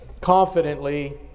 confidently